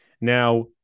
Now